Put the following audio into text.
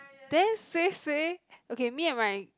then suay suay okay me and my